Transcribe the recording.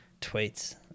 tweets